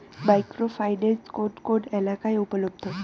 Micro finance কোন কোন এলাকায় উপলব্ধ?